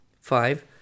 five